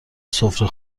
سفره